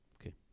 Okay